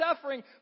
suffering